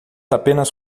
apenas